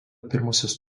pirmosios